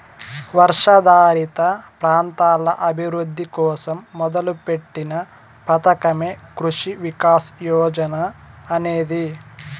వర్షాధారిత ప్రాంతాల అభివృద్ధి కోసం మొదలుపెట్టిన పథకమే కృషి వికాస్ యోజన అనేది